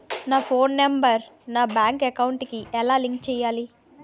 నా phone number నా bank account కి ఎలా లింక్ చేయాలి?